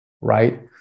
right